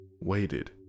waited